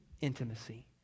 intimacy